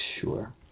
sure